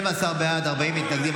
12 בעד, 40 מתנגדים.